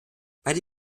beide